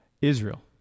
Israel